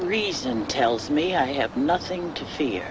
reason tells me i have nothing to